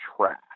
trash